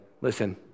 Listen